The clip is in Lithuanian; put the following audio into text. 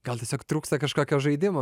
gal tiesiog trūksta kažkokio žaidimo